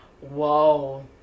Whoa